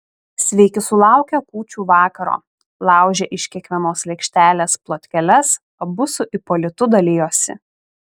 sveiki sulaukę kūčių vakaro laužė iš kiekvienos lėkštelės plotkeles abu su ipolitu dalijosi